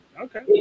Okay